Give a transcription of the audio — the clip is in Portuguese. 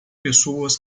pessoas